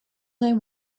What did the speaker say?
they